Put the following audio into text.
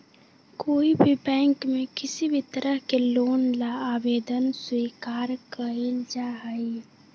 कोई भी बैंक में किसी भी तरह के लोन ला आवेदन स्वीकार्य कइल जाहई